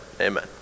amen